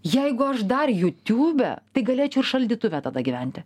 jeigu aš dar jutiūbe tai galėčiau ir šaldytuve tada gyventi